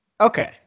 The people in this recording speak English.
Okay